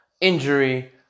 injury